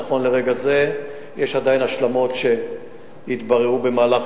נכון לרגע זה יש עדיין השלמות שיתבררו במהלך